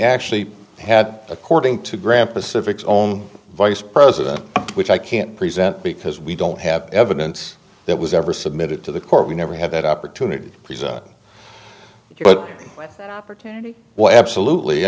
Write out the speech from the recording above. actually had according to graeme pacific's own vice president which i can't present because we don't have evidence that was ever submitted to the court we never had that opportunity but was absolutely i